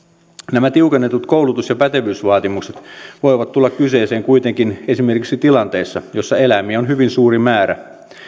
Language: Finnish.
nämä tiukennetut koulutus ja pätevyysvaatimukset voivat tulla kyseeseen kuitenkin esimerkiksi tilanteessa jossa eläimiä on hyvin suuri määrä